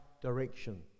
direction